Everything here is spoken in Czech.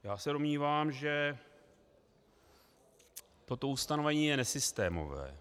Já se domnívám, že toto ustanovení je nesystémové.